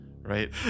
Right